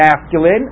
masculine